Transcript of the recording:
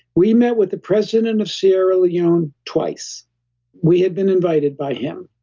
we met with the president and of sierra leone twice we had been invited by him.